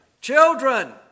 Children